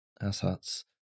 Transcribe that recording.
Assets